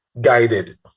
guided